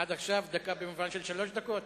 עד עכשיו דקה במובן של שלוש דקות?